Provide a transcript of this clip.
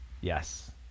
yes